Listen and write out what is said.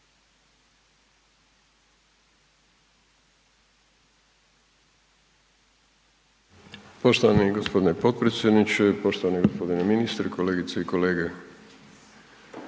Poštovani g. potpredsjedniče, poštovani g. ministre, kolegice i kolege.